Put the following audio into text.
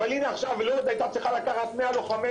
אבל הנה עכשיו לוד היתה צריכה לקחת מאה לוחמי